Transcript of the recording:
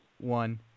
one